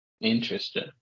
Interesting